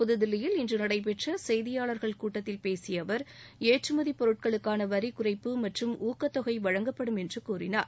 புதுதில்லியில இன்று நடைபெற்ற செய்தியாளா்கள் கூட்டத்தில் உரையாற்றிய அவா் ஏற்றுமதி பொருட்களுக்கான வரி குறைப்பு மற்றும் ஊக்கத்தொகை வழங்கப்படும் என்று கூறினார்